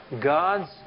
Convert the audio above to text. God's